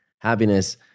happiness